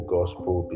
Gospel